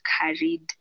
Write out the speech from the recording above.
carried